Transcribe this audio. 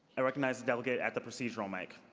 i recognize the delegate at the procedural mic.